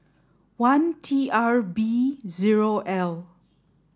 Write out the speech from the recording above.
one T R B zero L